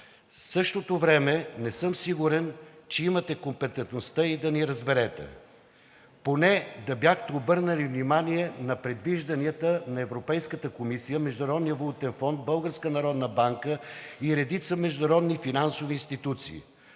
същото време, не съм сигурен, че имате компетентността и да ни разберете. Поне да бяхте обърнали внимание на предвижданията на Европейската комисия, Международния валутен фонд, Българската народна банка и на редица международни финансови институции.